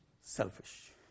selfish